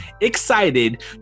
excited